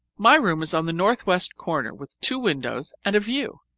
my room is on the north-west corner with two windows and a view.